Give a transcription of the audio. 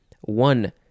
One